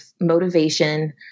motivation